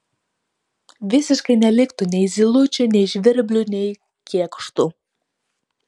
visiškai neliktų nei zylučių nei žvirblių nei kėkštų